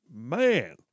man